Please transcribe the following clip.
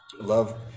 Love